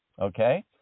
Okay